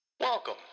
Welcome